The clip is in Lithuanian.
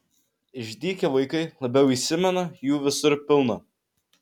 išdykę vaikai labiau įsimena jų visur pilna